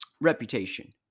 Reputation